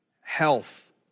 health